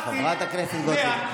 חברת הכנסת גוטליב,